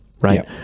right